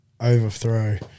Overthrow